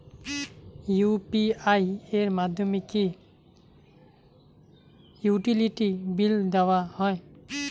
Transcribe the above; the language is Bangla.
ইউ.পি.আই এর মাধ্যমে কি ইউটিলিটি বিল দেওয়া যায়?